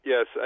Yes